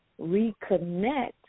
reconnect